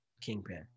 Kingpin